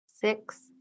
six